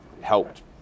helped